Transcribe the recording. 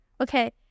Okay